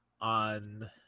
on